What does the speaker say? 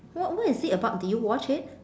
what what is it about did you watch it